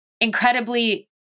incredibly